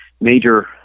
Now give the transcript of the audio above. major